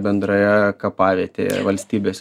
bendroje kapavietėje valstybės